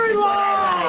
law!